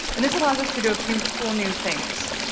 and this allows us to do a few cool new things,